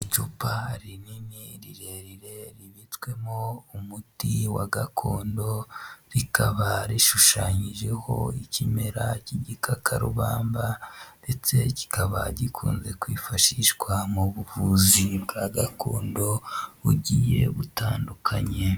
Icuba rinini rirerire ribitswemo umuti wa gakondo, rikaba rishushanyijeho ikimera cy'igikakarubamba, ndetse kikaba gikunze kwifashishwa mu buvuzi bwa gakondo bugiye butandukanye.